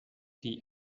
die